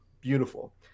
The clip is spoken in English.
beautiful